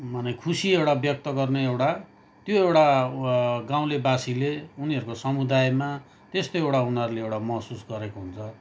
माने खुसी एउटा व्यक्त गर्ने एउटा त्यो एउटा गाउँलेवासीले उनीहरूको समुदायमा त्यस्तो एउटा उनीहरूले एउटा महसुस गरेको हुन्छ